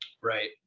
Right